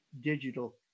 digital